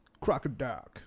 Crocodile